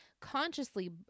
consciously